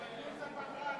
שיבטלו את הפגרה,